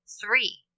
three